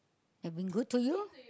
have been good to you